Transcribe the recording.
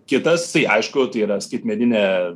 kitas tai aišku tai yra skaitmeninė